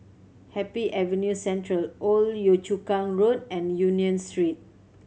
Happy Avenue Central Old Yio Chu Kang Road and Union Street